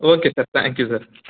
okay sir thank you sir